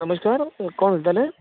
नमस्कार कोण उलयतालें